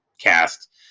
cast